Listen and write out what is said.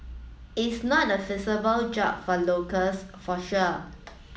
is not a feasible job for locals for sure